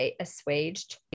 assuaged